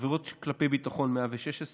69, עבירות כלפי ביטחון, 116,